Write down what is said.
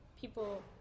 people